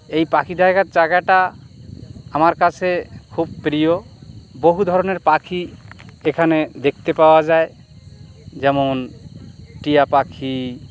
এই পাখি দেখার জাগাটা আমার কাছে খুব প্রিয় বহু ধরনের পাখি এখানে দেখতে পাওয়া যায় যেমন টিয়া পাখি